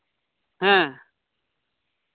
ᱦᱮᱸ